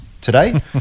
today